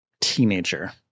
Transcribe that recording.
teenager